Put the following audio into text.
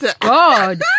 god